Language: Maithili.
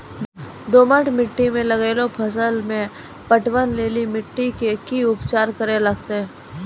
दोमट मिट्टी मे लागलो फसल मे पटवन लेली मिट्टी के की उपचार करे लगते?